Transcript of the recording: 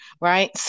right